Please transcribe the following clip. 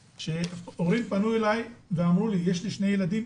כאשר הורים פנו אליי ואמרו לי: יש לי שני ילדים,